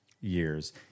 years